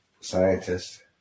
scientist